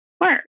work